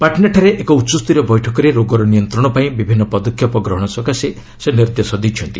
ପାଟନାଠାରେ ଏକ ଉଚ୍ଚସ୍ତରୀୟ ବୈଠକରେ ରୋଗର ନିୟନ୍ତ୍ରଣପାଇଁ ବିଭିନ୍ନ ପଦକ୍ଷେପ ଗ୍ରହଣ ସକାଶେ ସେ ନିର୍ଦ୍ଦେଶ ଦେଇଛନ୍ତି